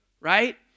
Right